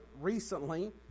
recently